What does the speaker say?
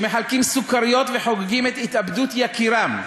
שמחלקים סוכריות וחוגגים את התאבדות יקירם,